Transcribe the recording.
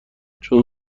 چون